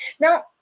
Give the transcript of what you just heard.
Now